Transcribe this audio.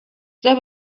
they